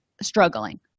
struggling